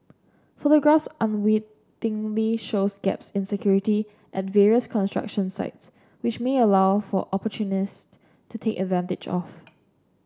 photographs unwittingly shows gaps in security at various construction sites which may allow for opportunist to take advantage of